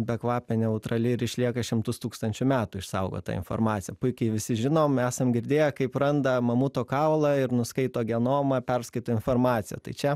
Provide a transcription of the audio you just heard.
bekvapė neutrali ir išlieka šimtus tūkstančių metų išsaugota informacija puikiai visi žinom esam girdėję kaip randa mamuto kaulą ir nuskaito genomą perskaito informaciją tai čia